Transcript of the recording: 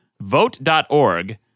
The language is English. vote.org